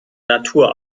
natur